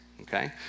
okay